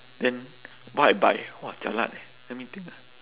then why I buy !wah! jialat eh let me think ah